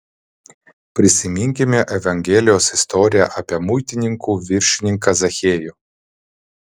prisiminkime evangelijos istoriją apie muitininkų viršininką zachiejų